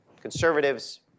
conservatives